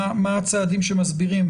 מה הצעדים שמסבירים,